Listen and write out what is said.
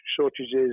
shortages